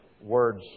words